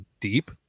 deep